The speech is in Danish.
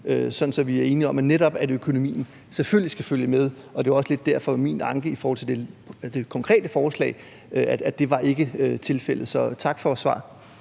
så vi er enige om, at netop økonomien selvfølgelig skal følge med. Det er også lidt derfor, at det var min anke i forhold til det konkrete forslag, at det ikke var tilfældet. Så tak for svaret.